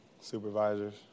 Supervisors